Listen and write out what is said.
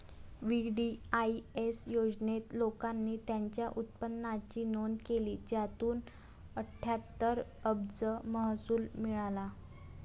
VDIS योजनेत, लोकांनी त्यांच्या उत्पन्नाची नोंद केली, ज्यातून अठ्ठ्याहत्तर अब्ज महसूल मिळाला